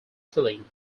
feeling